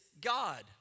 God